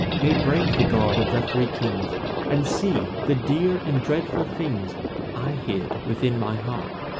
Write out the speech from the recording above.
may break the guard of the three kings and see the dear and dreadful things i hid within my heart.